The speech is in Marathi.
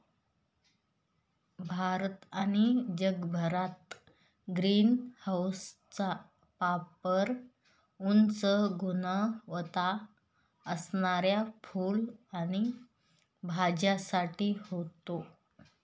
भारत आणि जगभरात ग्रीन हाऊसचा पापर उच्च गुणवत्ता असणाऱ्या फुलं आणि भाज्यांसाठी होतो